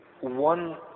one